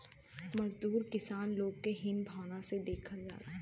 मजदूर किसान लोग के हीन भावना से देखल जाला